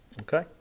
Okay